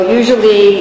usually